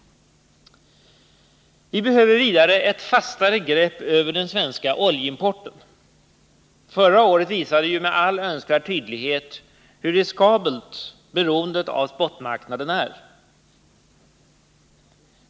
Vi behöver vidare ett fastare grepp över den svenska oljeimporten. Förra året visade ju med all önskvärd tydlighet hur riskabelt beroendet av spotmarknaden är.